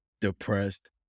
depressed